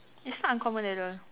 it's not uncommon at all